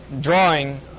drawing